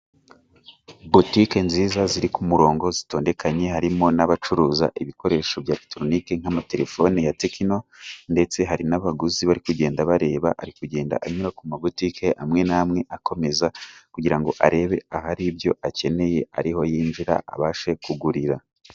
bolitique nziza ziri ku murongo zitondekanye harimo n'abacuruza ibikoresho bya tetoroniki nk'amatelefoni ya techno ndetse hari n'abaguzi bari kugenda bareba ari kugenda anyura ku magutiqke amwe'amwe akomeza kugira arebe ahari ibyo akeneye ariho yinjira abashe kugurira